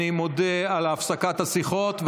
אני מודה על הפסקת השיחות,